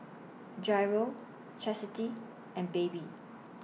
Jairo Chastity and Baby